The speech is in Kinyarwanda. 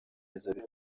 ibyemezo